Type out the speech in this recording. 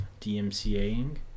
DMCA-ing